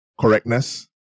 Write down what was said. correctness